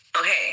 Okay